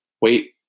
Wait